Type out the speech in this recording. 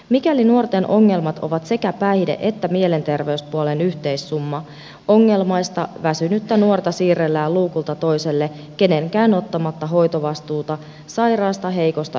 mikäli nuorten ongelmat ovat sekä päihde että mielenterveyspuolen yhteissumma ongelmaista väsynyttä nuorta siirrellään luukulta toiselle kenenkään ottamatta hoitovastuuta sairaasta heikosta ihmisestä